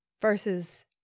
versus